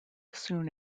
soon